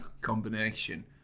combination